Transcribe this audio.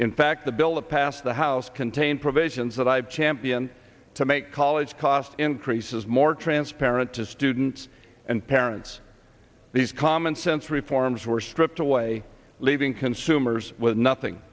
in fact the bill that passed the house contained provisions that i've championed to make college cost increases more transparent to students and parents these commonsense reforms were stripped away leaving consumers with nothing